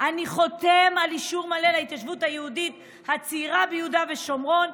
אני חותם על אישור מלא להתיישבות היהודית הצעירה ביהודה ושומרון.